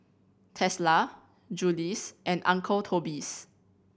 Tesla Julie's and Uncle Toby's